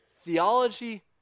Theology